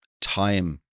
time